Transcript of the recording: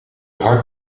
hard